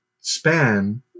span –